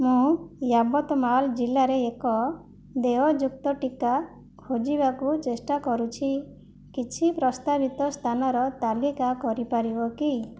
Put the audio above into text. ମୁଁ ୟାବତମାଲ ଜିଲ୍ଲାରେ ଏକ ଦେୟଯୁକ୍ତ ଟିକା ଖୋଜିବାକୁ ଚେଷ୍ଟା କରୁଛି କିଛି ପ୍ରସ୍ତାବିତ ସ୍ଥାନର ତାଲିକା କରିପାରିବ କି